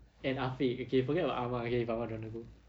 and afiq okay forget about amar okay if amar don't want to go